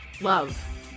love